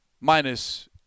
minus